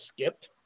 skipped